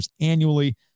annually